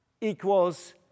equals